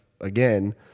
again